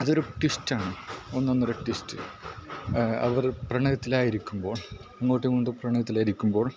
അതൊരു ട്വിസ്റ്റാണ് ഒന്നൊന്നര ട്വിസ്റ്റ് അവർ പ്രണയത്തിലായിരിക്കുമ്പോൾ അങ്ങോട്ടും ഇങ്ങോട്ടും പ്രണയത്തിലായിരിക്കുമ്പോൾ